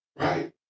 Right